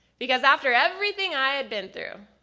because after everything i had been through,